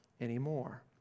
anymore